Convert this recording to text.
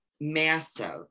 massive